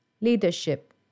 leadership